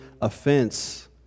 offense